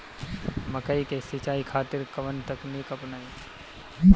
मकई के सिंचाई खातिर कवन तकनीक अपनाई?